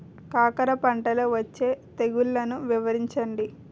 కాకర పంటలో వచ్చే తెగుళ్లను వివరించండి?